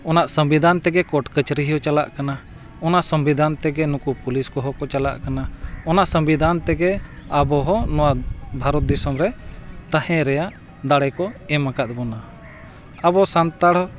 ᱚᱱᱟ ᱥᱚᱝᱵᱤᱫᱷᱟᱱ ᱛᱮᱜᱮ ᱠᱳᱨᱴ ᱠᱟᱹᱪᱷᱟᱹᱨᱤ ᱦᱚᱸ ᱪᱟᱞᱟᱜ ᱠᱟᱱᱟ ᱚᱱᱟ ᱥᱚᱝᱵᱤᱫᱷᱟᱱ ᱛᱮᱜᱮ ᱱᱩᱠᱩ ᱯᱩᱞᱤᱥ ᱠᱚᱦᱚᱸ ᱠᱚ ᱪᱟᱞᱟᱜ ᱠᱟᱱᱟ ᱚᱱᱟ ᱥᱚᱝᱵᱤᱫᱷᱟᱱ ᱛᱮᱜᱮ ᱟᱵᱚ ᱦᱚᱸ ᱱᱚᱣᱟ ᱵᱷᱟᱨᱚᱛ ᱫᱤᱥᱚᱢ ᱨᱮ ᱛᱟᱦᱮᱸ ᱨᱮᱱᱟᱜ ᱫᱟᱲᱮ ᱠᱚ ᱮᱢ ᱟᱠᱟᱫ ᱵᱚᱱᱟ ᱟᱵᱚ ᱥᱟᱱᱛᱟᱲ